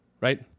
right